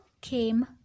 came